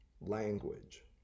language